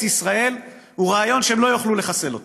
ישראל הוא רעיון שהם לא יוכלו לחסל אותו.